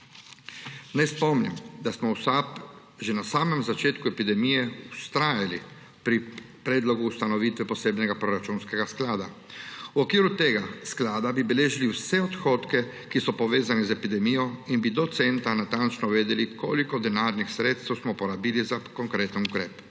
Naj spomnim, da smo v SAB že na samem začetku epidemije vztrajali pri predlogu ustanovitve posebnega proračunskega sklada. V okviru tega sklada bi beležili vse odhodke, ki so povezani z epidemijo, in bi do centa natančno vedeli, koliko denarnih sredstev smo porabili za konkreten ukrep.